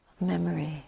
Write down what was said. Memory